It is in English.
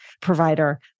provider